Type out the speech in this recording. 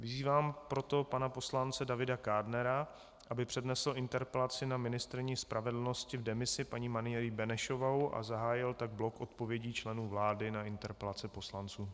Vyzývám proto pana poslance Davida Kádnera, aby přednesl interpelaci na ministryni spravedlnosti v demisi, paní Marii Benešovou, a zahájil tak blok odpovědí členů vlády na interpelace poslanců.